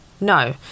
no